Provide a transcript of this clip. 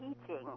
teaching